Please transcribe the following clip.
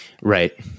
Right